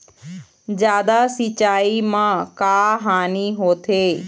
जादा सिचाई म का हानी होथे?